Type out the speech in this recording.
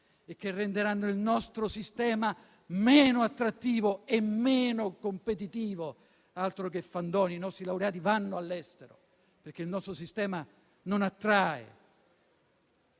e che renderanno il nostro sistema meno attrattivo e meno competitivo. Altro che fandonie! I nostri laureati vanno all'estero perché il nostro sistema è